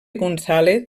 gonzález